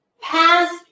past